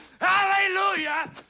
Hallelujah